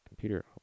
computer